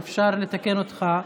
אפשר לתקן אותך.